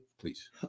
Please